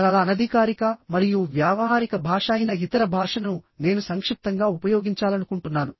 చాలా అనధికారిక మరియు వ్యావహారిక భాష అయిన ఇతర భాషను నేను సంక్షిప్తంగా ఉపయోగించాలనుకుంటున్నాను